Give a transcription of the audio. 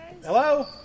Hello